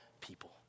people